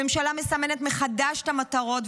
המשלה מסמנת מחדש את המטרות,